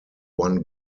one